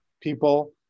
people